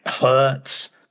hurts